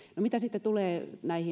mitä sitten tulee